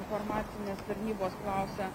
informacinės tarnybos klausia